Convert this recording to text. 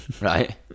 Right